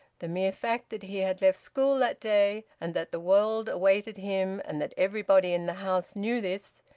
the mere fact that he had left school that day and that the world awaited him, and that everybody in the house knew this,